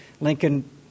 Lincoln